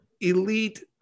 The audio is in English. elite